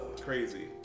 Crazy